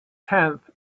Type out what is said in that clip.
tenth